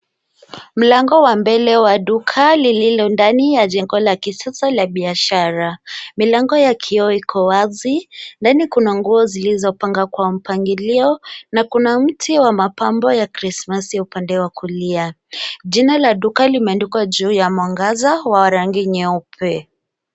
Mlango wa mbele wa duka lililo ndani ya jengo la kisasa la biashara, milango ya kioo iko wazi. Ndani kuna nguo zilizopangwa kwa mpangilio na kuna mti wa mapambo ya krismasi upande wa kulia. Jina la duka limeandikwa juu ya mwangaza wa rangi nyeupe.